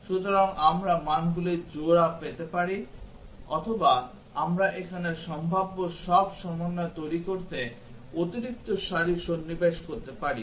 সুতরাং আমরা মানগুলির জোড়া পেতে পারি অথবা আমরা এখানে সম্ভাব্য সব সমন্বয় তৈরি করতে অতিরিক্ত সারি সন্নিবেশ করতে পারি